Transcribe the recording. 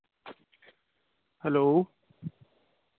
hello